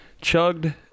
chugged